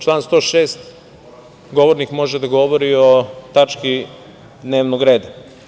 Član 106. – govornik može da govori o tački dnevnog reda.